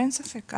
אין ספק.